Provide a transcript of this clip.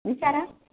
विचारा